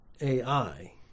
AI